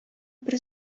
бер